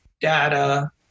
data